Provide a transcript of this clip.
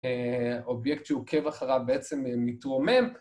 אובייקט שהוא עוקב אחריו בעצם מתרומם